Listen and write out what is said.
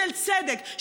של צדק,